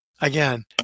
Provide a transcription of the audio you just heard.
again